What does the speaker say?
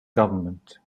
government